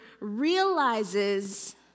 realizes